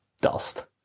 dust